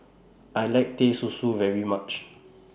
I like Teh Susu very much